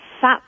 sat